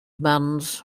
bands